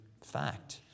fact